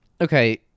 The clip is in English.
Okay